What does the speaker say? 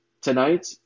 Tonight